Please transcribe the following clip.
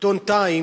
העיתון "TIME",